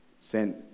sent